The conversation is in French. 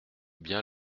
bien